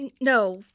No